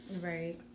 Right